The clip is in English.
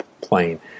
plane